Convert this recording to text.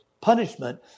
punishment